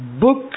Book